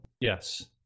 Yes